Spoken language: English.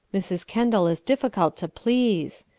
mrs. kendal is difficult to please.